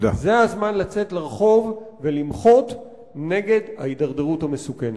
זה הזמן לצאת לרחוב ולמחות נגד ההידרדרות המסוכנת.